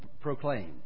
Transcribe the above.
proclaim